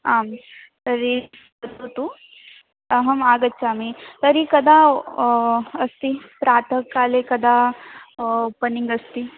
आं तर्हि भवतु अहमागच्छामि तर्हि कदा अस्ति प्रातःकाले कदा ओपन्निङ्ग् अस्ति